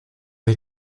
ich